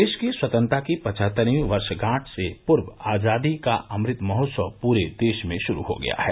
देश की स्वतंत्रता की पचहत्तरवीं वर्षगांठ से पूर्व आजादी का अमृत महोत्सव पूरे देश मे शुरू हो गया है